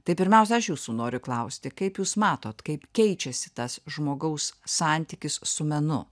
tai pirmiausia aš jūsų noriu klausti kaip jūs matot kaip keičiasi tas žmogaus santykis su menu